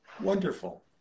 Wonderful